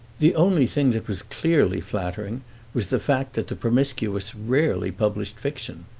the only thing that was clearly flattering was the fact that the promiscuous rarely published fiction.